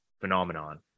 phenomenon